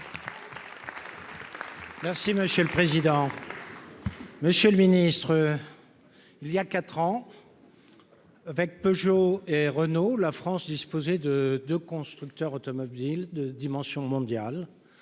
Merci monsieur le président, monsieur le ministre, il y a 4 ans. Avec Peugeot et Renault, la France disposait de 2 constructeurs automobiles de dimension mondiale